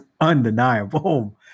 undeniable